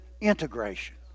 integration